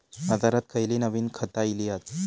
बाजारात खयली नवीन खता इली हत?